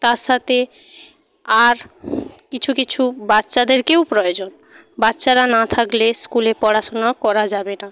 তার সাথে আর কিছু কিছু বাচ্চাদেরকেও প্রয়োজন বাচ্চারা না থাকলে স্কুলে পড়াশুনো করা যাবে না